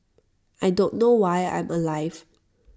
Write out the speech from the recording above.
I don't know why I'm alive